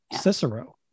Cicero